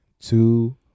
two